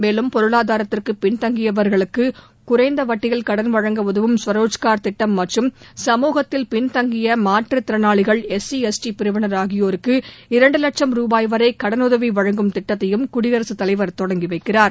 மேலும் பொருளாதாரத்திற்கு பின்தங்கியவர்களுக்கு குறைந்த வட்டியில் கடன் வழங்க உதவும் சுரோஜ்கார் யோஜனா திட்டம் மற்றும் சமூகத்தில் பின்தங்கிய மாற்றுத்திறனாளிகள் எஸ்சி எஸ்டி பிரிவினர் ஆகியோருக்கு இரண்டு லட்சம் ரூபாய்வரை கடனுதவி வழங்கும் திட்டத்தையும் குடியரசுத்தலைவர் தொடங்கி வைக்கிறார்